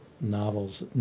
novels